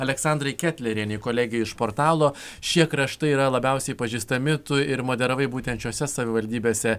aleksandra ketlerienei kolegei iš portalo šie kraštai yra labiausiai pažįstami tu ir moderavai būtent šiose savivaldybėse